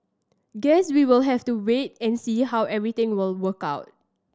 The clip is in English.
guess we'll have to wait and see how everything will work out